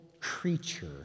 creature